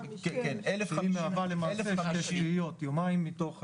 היא מהווה למעשה 2/7, יומיים מתוך השבוע.